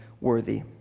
worthy